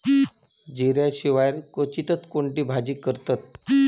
जिऱ्या शिवाय क्वचितच कोणती भाजी करतत